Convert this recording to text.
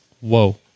Whoa